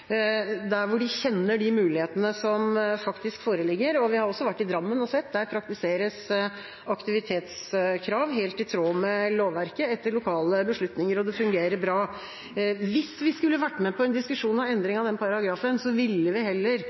hvor de kjenner de mulighetene som faktisk foreligger. Vi har også vært i Drammen og sett. Der praktiseres aktivitetskrav helt i tråd med lovverket etter lokale beslutninger, og det fungerer bra. Hvis vi skulle vært med på en diskusjon om endring av den paragrafen, ville vi heller